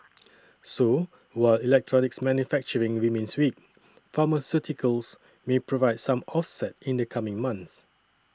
so while electronics manufacturing remains weak pharmaceuticals may provide some offset in the coming months